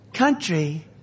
Country